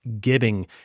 giving